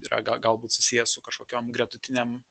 yra ga galbūt susiję su kažkokiom gretutinėm